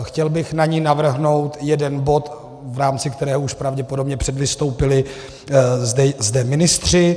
Chtěl bych na ni navrhnout jeden bod, v rámci kterého už pravděpodobně předvystoupili zde ministři.